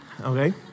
okay